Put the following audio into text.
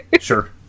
Sure